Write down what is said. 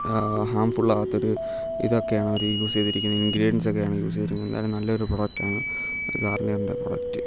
harmful ആവാത്തൊരു ഇതൊക്കെയാണ് അവർ യൂസ് ചെയ്തിരിക്കുന്ന ഇൻഗ്രീഡിയൻസൊക്കെ ആണ് യൂസ് ചെയ്തിരിക്കുന്നത് എന്തായാലും നല്ലൊരു പ്രൊഡക്റ്റാണ് ഗാർണിയറിൻ്റെ പ്രൊഡക്റ്റ്